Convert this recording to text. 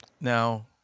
Now